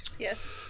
Yes